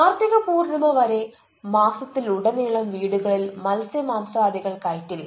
കാർത്തിക പൂർണിമ വരെ മാസത്തിലുടനീളം വീടുകളിൽ മത്സ്യമാംസാദികൾ കയറ്റില്ല